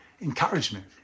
Encouragement